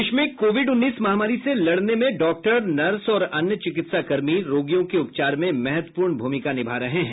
देश में कोविड उन्नीस महामारी से लड़ने में डॉक्टर नर्स और अन्य चिकित्सा कर्मी रोगियों के उपचार में महत्वपूर्ण भूमिका निभा रहे हैं